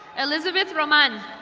elizabeth roman.